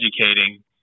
educating